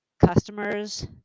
Customers